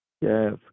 Yes